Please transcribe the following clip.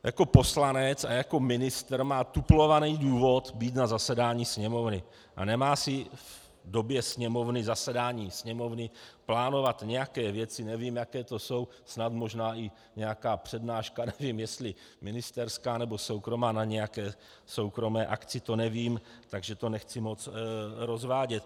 Jako poslanec a jako ministr má tuplovaný důvod být na zasedání Sněmovny a nemá si v době zasedání Sněmovny plánovat nějaké věci, nevím, jaké to jsou, snad možná i nějaká přednáška, nevím, jestli ministerská, nebo soukromá na nějaké soukromé akci, to nevím, takže to nechci moc rozvádět.